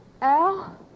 Al